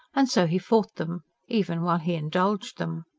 and so he fought them even while he indulged them.